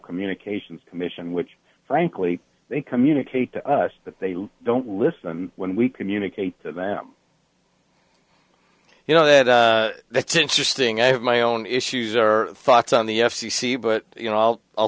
communications commission which frankly they communicate to us that they don't listen when we communicate to them you know that that's interesting i have my own issues or thoughts on the f c c but you know i'll i'll